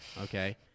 Okay